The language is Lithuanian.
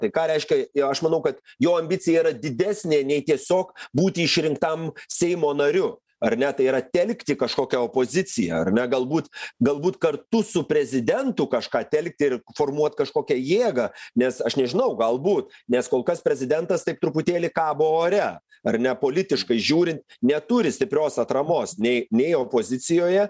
tai ką reiškia jo aš manau kad jo ambicija yra didesnė nei tiesiog būti išrinktam seimo nariu ar ne tai yra telkti kažkokią opoziciją ar ne galbūt galbūt kartu su prezidentu kažką telkt ir formuot kažkokią jėgą nes aš nežinau galbūt nes kol kas prezidentas taip truputėlį kabo ore ar ne politiškai žiūrin neturi stiprios atramos nei nei opozicijoje